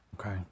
okay